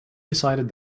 decided